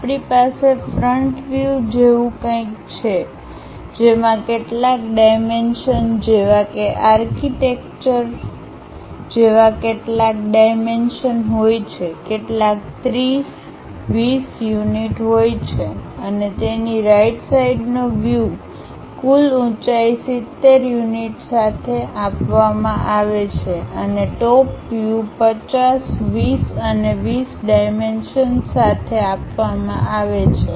આપણી પાસે front view જેવું કંઇક છે જેમાં કેટલાક ડાઈમેન્શન જેવા કે આર્કિટેક્ચર જેવા કેટલાક ડાઈમેન્શન હોય છે કેટલાક 30 20 યુનિટ હોય છે અને તેની રાઈટ સાઈડ નો વ્યૂ કુલ ઉંચાઇ 70 યુનિટ સાથે આપવામાં આવે છે અને ટોપ વ્યૂ 50 20 અને 20 ડાઈમેન્શન સાથે આપવામાં આવે છે